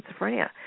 schizophrenia